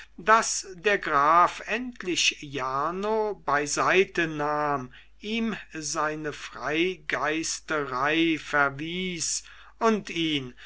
daß der graf endlich jarno beiseitenahm ihm seine freigeisterei verwies und ihn